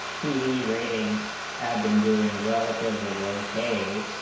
tv ratings have been doing relatively ok,